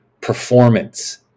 Performance